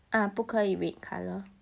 啊不可以 red colour